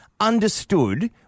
understood